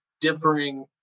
differing